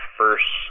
first